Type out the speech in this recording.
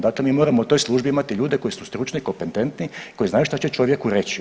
Dakle, mi moramo u toj službi imati ljude koji su stručni, kompetentni, koji znaju šta će čovjeku reći.